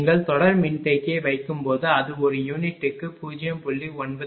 நீங்கள் தொடர் மின்தேக்கியை வைக்கும்போது அது ஒரு யூனிட்டுக்கு 0